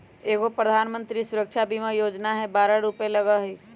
एगो प्रधानमंत्री सुरक्षा बीमा योजना है बारह रु लगहई?